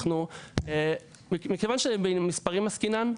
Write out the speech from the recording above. מכיוון שבמספרים עסקינן,